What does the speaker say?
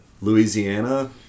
Louisiana